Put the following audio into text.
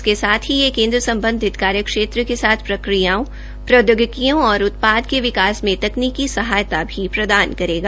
इसके साथ ही यह केन्द्र प्रबंधित कार्य क्षेत्र के साथ प्रक्रियाओं प्रौद्योगिकियों और उत्पाद के विकास में तकनीकी सहायता भी प्रदान करेगा